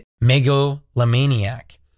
Megalomaniac